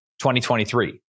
2023